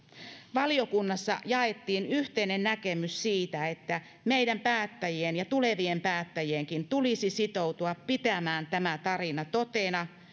valiokunnassa jaettiin yhteinen näkemys siitä että meidän päättäjien ja tulevienkin päättäjien tulisi sitoutua pitämään tämä tarina totena